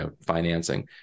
financing